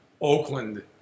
Oakland